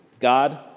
God